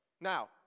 Now